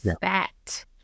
fat